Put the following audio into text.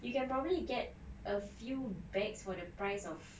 you can probably get a few bags for the price of